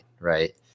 right